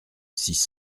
six